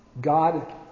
God